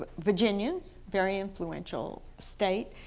but virginians, very influential state,